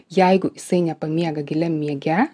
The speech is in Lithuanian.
jeigu jisai nepamiega giliam miege